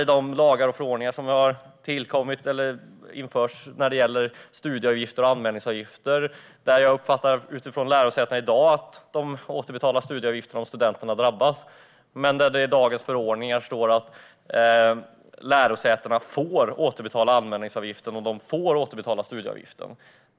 Jag uppfattar också från lärosätena att de i dag drabbas vid återbetalningen av studieavgifter till studenter på grund av delar i lagar och förordningar som har införts för studieavgifter och anmälningsavgifter. Men det står i dagens förordningar att lärosätena får återbetala anmälningsavgiften och studieavgiften.